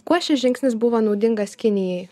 kuo šis žingsnis buvo naudingas kinijai